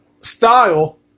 style